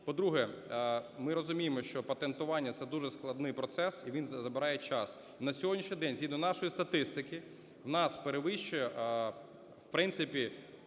По-друге, ми розуміємо, що патентування – це дуже складний процес і він забирає час. На сьогоднішній день, згідно нашої статистики, в нас перевищує в принципі